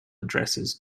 addresses